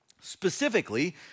specifically